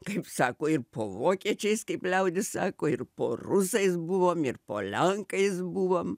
kaip sako ir po vokiečiais kaip liaudis sako ir po rusais buvom ir po lenkais buvom